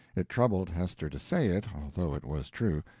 it troubled hester to say it, although it was true,